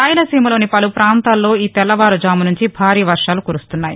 రాయలసీమలోని పలు పాంతాల్లో ఈ తెల్లవారుఝామునుంచి భారీ వర్వాలు కురుస్తున్నాయి